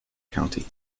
county